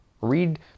Read